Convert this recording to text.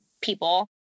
people